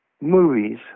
movies